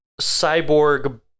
cyborg